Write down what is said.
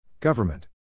Government